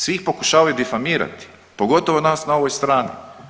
Svi ih pokušavaju difamirati pogotovo nas na ovoj strani.